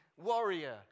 warrior